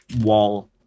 wall